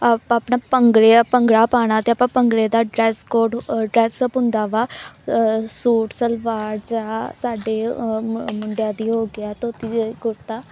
ਆਪ ਆਪਣਾ ਭੰਗੜੇ ਆ ਭੰਗੜਾ ਪਾਉਣਾ ਅਤੇ ਆਪਾਂ ਭੰਗੜੇ ਦਾ ਡਰੈਸ ਕੋਟ ਡਰੈਸਅਪ ਹੁੰਦਾ ਵਾ ਸੂਟ ਸਲਵਾਰ ਜਾਂ ਸਾਡੇ ਮ ਮੁੰਡਿਆਂ ਦੀ ਹੋ ਗਿਆ ਧੋਤੀ ਅਤੇ ਕੁੜਤਾ